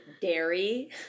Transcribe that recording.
Dairy